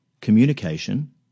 communication